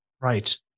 Right